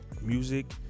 music